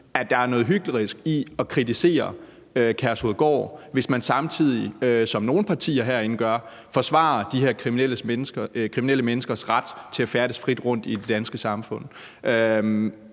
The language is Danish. at der er noget hyklerisk i at kritisere Kærshovedgård, hvis man samtidig, som nogle partier herinde gør, forsvarer de her kriminelle menneskers ret til at færdes frit rundt i det danske samfund.